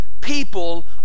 people